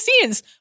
scenes